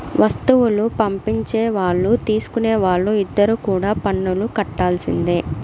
వస్తువులు పంపించే వాళ్ళు తీసుకునే వాళ్ళు ఇద్దరు కూడా పన్నులు కట్టాల్సిందే